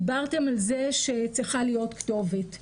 דיברתם על זה שצריכה להיות כתובת,